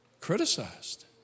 criticized